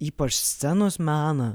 ypač scenos meną